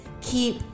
Keep